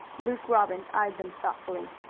luke robbins eyed them thoughtfully.